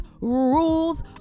rules